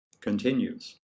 Continues